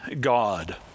God